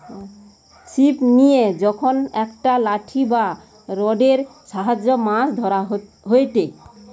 ছিপ লিয়ে যখন একটা লাঠি বা রোডের সাহায্যে মাছ ধরা হয়টে